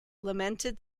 lamented